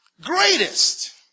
greatest